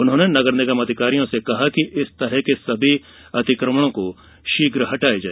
उन्होंने नगर निगम अधिकारियों से कहा कि इस तरह के सभी अतिक्रमणों को शीघ्र हटाया जाए